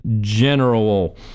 general